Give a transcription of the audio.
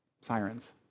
sirens